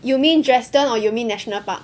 you mean Dresden or you mean national park